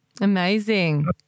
Amazing